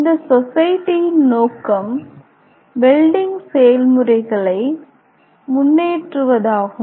இந்த சொசைட்டியின் நோக்கம் வெல்டிங் செயல்முறைகளை முன்னேற்றுவதாகும்